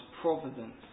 providence